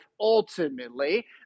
Ultimately